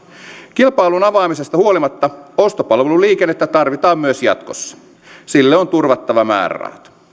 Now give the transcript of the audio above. kilpailun avaamisesta huolimatta ostopalveluliikennettä tarvitaan myös jatkossa sille on turvattava määrärahat